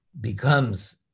becomes